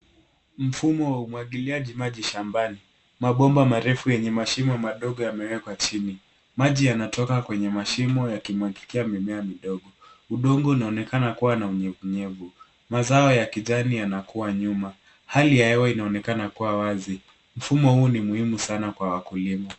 Mfumo wa umwagiliaji maji shambani. Mabomba marefu yenye mashimo madogo, yamewekwa chini. Maji yanatoka kwenye mashimo yakimwagikia mimea midogo. Udongo unaonekana kua na unyevu unyevu. Mazao ya kijani yanakua nyuma. Hali ya hewa inaonekana kua wazi. Mfumo huu ni muhimu sana kwa wakulima.